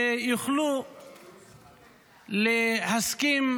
שיוכלו להסכים